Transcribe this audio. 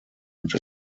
und